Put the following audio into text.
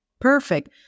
perfect